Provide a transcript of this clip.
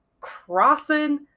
crossing